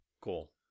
cool